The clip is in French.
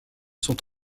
sont